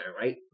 right